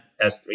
S3